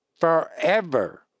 forever